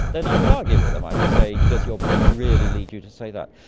then i would argue with them. i would say, does your belief really lead you to say that?